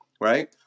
right